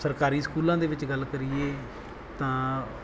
ਸਰਕਾਰੀ ਸਕੂਲਾਂ ਦੇ ਵਿੱਚ ਗੱਲ ਕਰੀਏ ਤਾਂ